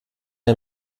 ein